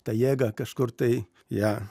tą jėgą kažkur tai ją